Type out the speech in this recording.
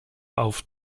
auf